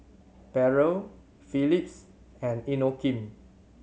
Barrel Phillips and Inokim